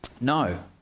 No